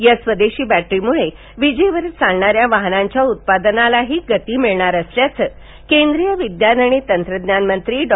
या स्वदेशी बॅटरीम्ळे विजेवरील चालणाऱ्या वाहनांच्या उत्पादनालाही गती मिळणार असल्याचं केंद्रीय विज्ञान आणि तंत्रज्ञान मंत्री डॉ